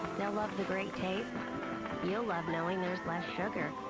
they'll love the great taste you'll love knowing there's less sugar.